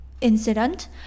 incident